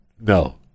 no